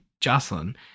jocelyn